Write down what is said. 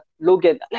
Logan